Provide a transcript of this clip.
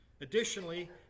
Additionally